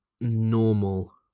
normal